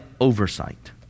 oversight